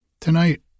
Tonight